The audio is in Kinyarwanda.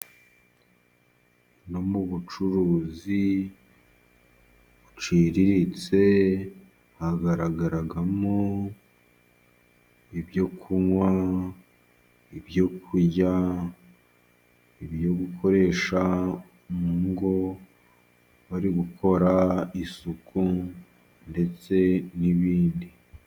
No mu bucuruzi buciritse, hagaragaragamo ibyo kunywa, ibyo kurya, ibyo gukoresha mu ngo bari gukora isuku ndetse n'ibindi.